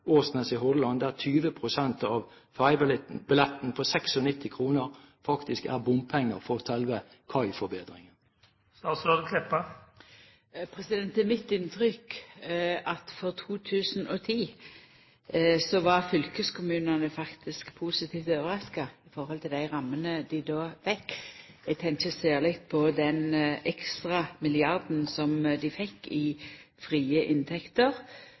i Hordaland, der 20 pst. av ferjebilletten på 96 kr faktisk er bompenger for selve kaiforbedringen. Det er mitt inntrykk at for 2010 var fylkeskommunane faktisk positivt overraska i høve til dei rammene dei då fekk. Eg tenkjer særleg på den ekstra milliarden som dei fekk i frie inntekter.